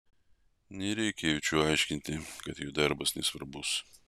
nereikia jaučiui aiškinti kad jo darbas nesvarbus